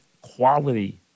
quality